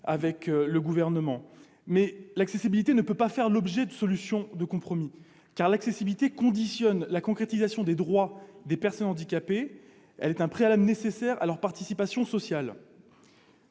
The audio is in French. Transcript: avec le Gouvernement, mais l'accessibilité ne peut pas faire l'objet de solutions de compromis, car elle conditionne la concrétisation des droits des personnes handicapées et elle est un préalable nécessaire à leur participation sociale.